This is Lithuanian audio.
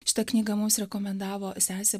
šitą knygą mums rekomendavo sesė